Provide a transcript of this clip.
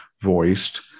voiced